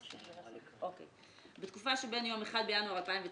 נוסח: "בתקופה שבין יום 1 בינואר 2019